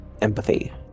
empathy